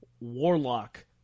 Warlock